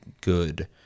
good